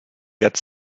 get